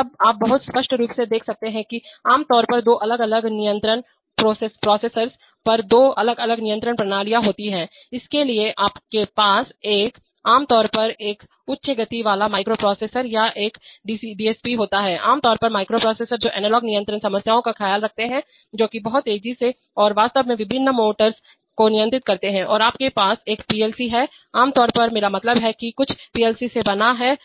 तब आप बहुत स्पष्ट रूप से देख सकते हैं कि आमतौर पर दो अलग अलग नियंत्रण प्रोसेसर पर दो अलग अलग नियंत्रण प्रणालियां होती हैं इसलिए आपके पास एक आमतौर पर एक उच्च गति वाला माइक्रोप्रोसेसर या एक डीएसपी होता है आमतौर पर माइक्रोप्रोसेसर जो एनालॉग नियंत्रण समस्याओं का ख्याल रखते हैं जो कि हैं बहुत तेजी से और वास्तव में विभिन्न मोटर्स को नियंत्रित करते हैं और आपके पास एक पीएलसी है आम तौर पर मेरा मतलब है कि कुछ पीएलसी से बना है